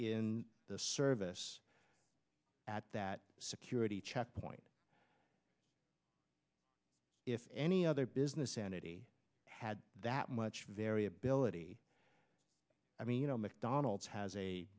in the service at that security checkpoint if any other business entity had that much variability i mean you know mcdonald's has a